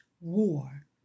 war